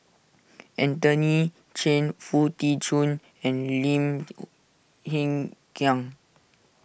Anthony Chen Foo Tee Jun and Lim Hng Kiang